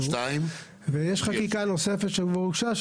יש חקיקה נוספת שכבר הוגשה,